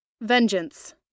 vengeance